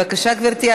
בבקשה, גברתי.